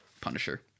Punisher